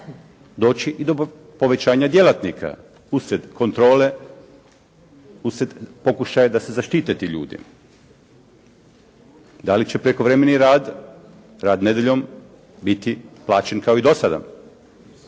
doći i do povećanja djelatnika usred kontrole, usred pokušaja da se zaštite ti ljudi? Da li će prekovremeni rad, rad nedjeljom biti plaćen kao i do sada?